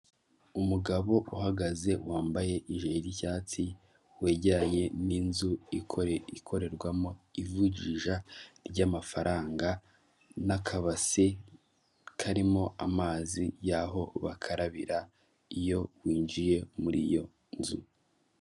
Umugabo uhagaze wambaye ijire y'icyatsi, wegeranye n'inzu ikorerwamo ivunjisha ry'amafaranga n'akabase karimo amazi y'aho bakarabira iyo winjiye muri iyo nzu.